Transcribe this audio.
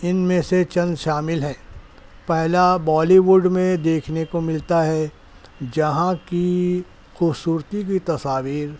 ان میں سے چند شامل ہیں پہلا بالی وڈ میں دیکھنے کو ملتا ہے جہاں کی خوبصورتی کی تصاویر